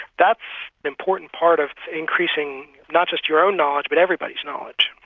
that's the important part of increasing not just your own knowledge, but everybody's knowledge.